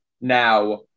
Now